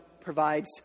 provides